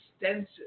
extensive